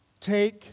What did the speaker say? take